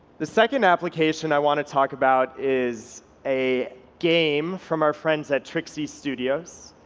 the second application i want to talk about is a game from our friends at trixi studios,